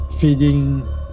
feeding